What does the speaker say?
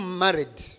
married